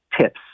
tips